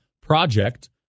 Project